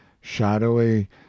shadowy